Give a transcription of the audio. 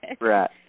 Right